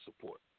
support